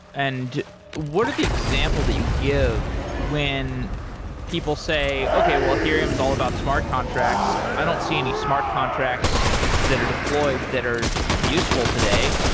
and what are the examples that you give when people say, okay, well ethereum is all about smart contracts. i don't see any smart contracts that are deployed, that are useful today,